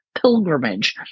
pilgrimage